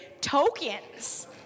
tokens